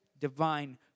Divine